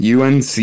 UNC